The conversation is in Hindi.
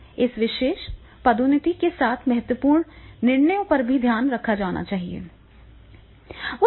इस विशेष पदोन्नति के साथ महत्वपूर्ण निर्णयों का ध्यान रखा जाना है